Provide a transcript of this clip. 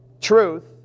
Truth